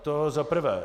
To za prvé.